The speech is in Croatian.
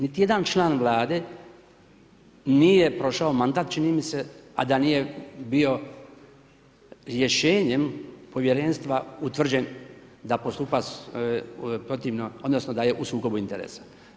Niti jedan član Vlade nije prošao mandat čini mi se, a da nije bio rješenjem povjerenstva utvrđen da postupa protivno, odnosno da je u sukobu interesa.